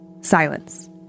Silence